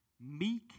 meek